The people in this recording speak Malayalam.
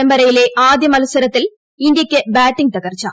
പരമ്പരയിലെ ആദ്യ മത്സരത്തിൽ ഇന്ത്യയ്ക്ക് ബാറ്റിംഗ് തകർച്ചു